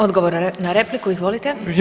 Odgovor na repliku, izvolite.